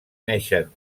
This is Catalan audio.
neixen